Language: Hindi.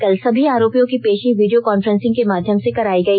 कल सभी आरोपियों की पेषी वीडियो कन्फ्रेंसिंग के माध्यम से करायी गई